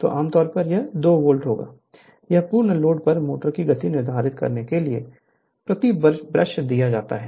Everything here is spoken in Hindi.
तो आम तौर पर यह 2 वोल्ट होगा यह पूर्ण लोड पर मोटर की गति निर्धारित करने के लिए प्रति ब्रश दिया जाता है